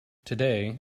today